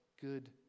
good